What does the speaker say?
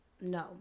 no